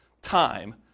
time